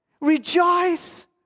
Rejoice